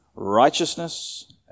righteousness